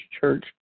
Church